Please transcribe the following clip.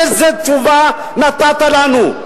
איזו תשובה נתת לנו?